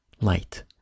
light